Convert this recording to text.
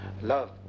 love